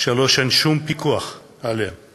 3. אין שום פיקוח עליהן.